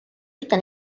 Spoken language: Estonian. ühte